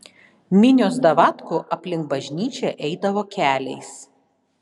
minios davatkų aplink bažnyčią eidavo keliais